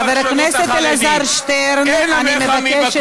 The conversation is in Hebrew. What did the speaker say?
חבר הכנסת אלעזר שטרן, אני מבקשת לסיים.